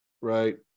right